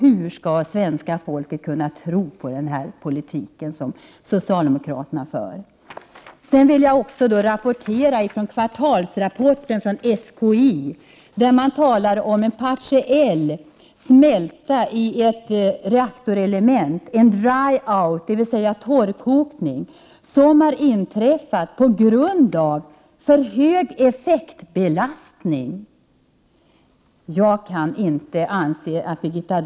Hur skall svenska folket kunna tro på den politik som socialdemokraterna för? Jag vill också nämna SKI:s kvartalsrapport, där det talas om en partiell smälta i ett reaktorelement, en ”dry out” dvs. hoptorkning, som har inträffat på grund av för hög effektbelastning. Man fick alltså sänka reaktoreffekten.